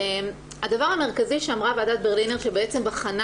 הדבר המרכזי שאמרה ועדת ברלינר שבעצם בחנה